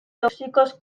tóxicos